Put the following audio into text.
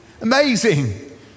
Amazing